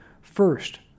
First